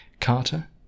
Carter